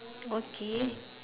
okay